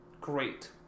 Great